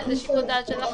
זה לשיקול דעתכם,